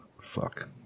Fuck